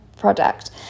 product